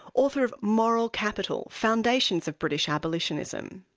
author of moral capital, foundations of british abolitionism'.